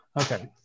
Okay